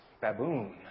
baboon